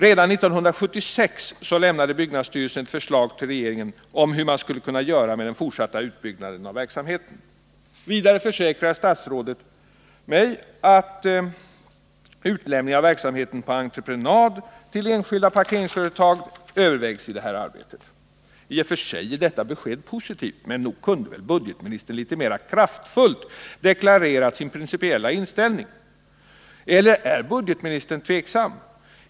Redan 1976 lämnade byggnadsstyrelsen förslag till regeringen om hur man skulle kunna göra med den fortsatta utbyggnaden av verksamheten. Vidare försäkrar statsrådet mig att utlämning av verksamheten på entreprenad till enskilda parkeringsföretag övervägs i det här arbetet. I och för sig är detta besked positivt, men nog kunde väl budgetministern litet mera kraftfullt deklarera sin principiella inställning. Eller är budgetministern tveksam?